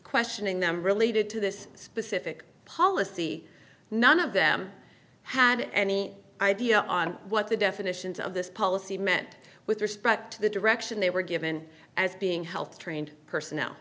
questioning them related to this specific policy none of them had any idea on what the definitions of this policy met with respect to the direction they were given as being health trained personnel